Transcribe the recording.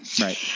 Right